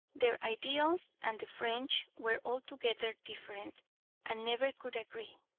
their ideals and the french were altogether different and never could agree.